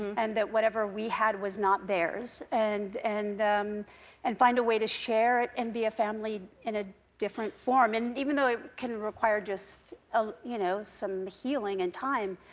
and that whatever we had was not theirs, and and find a way to share it and be a family in a different form. and even though it can require just ah you know some healing and time,